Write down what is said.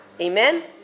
Amen